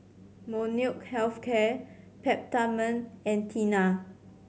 Molnylcke Health Care Peptamen and Tena